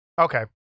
Okay